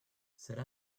serà